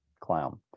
clown